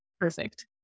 Perfect